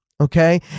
Okay